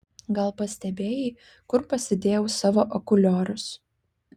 gal pastebėjai kur pasidėjau savo akuliorus